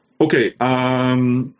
Okay